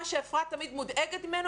מה שאפרת תמיד מודאגת ממנו,